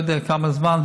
לא יודע עוד כמה זמן,